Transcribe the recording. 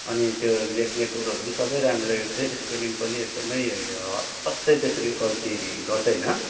अनि त्यो लेख्ने कुरोहरू पनि सबै राम्रो लेख्छ स्पेलिङ पनि एकदमै अझै त्यसरी गल्ती गर्दैन